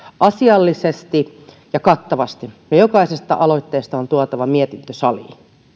asiallisesti ja kattavasti ja jokaisesta aloitteesta on tuotava mietintö saliin